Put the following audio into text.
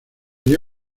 dio